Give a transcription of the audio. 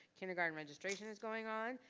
kindergarten registration is going on.